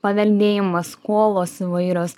paveldėjimas skolos įvairios